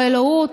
או האלוהות,